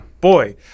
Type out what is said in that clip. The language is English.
boy